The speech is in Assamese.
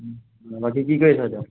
বাকী কি কৰি আছ এতিয়া